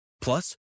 Plus